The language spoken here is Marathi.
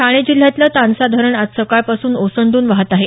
ठाणे जिल्ह्यातलं तानसा धरण आज सकाळ पासून ओसंडून वाहत आहे